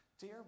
Dear